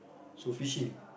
so fishing